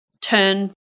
turn